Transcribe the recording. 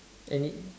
any